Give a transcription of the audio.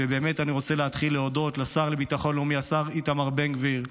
אני רוצה להתחיל להודות לשר לביטחון לאומי איתמר בן גביר,